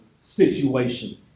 situation